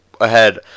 ahead